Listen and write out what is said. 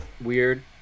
Weird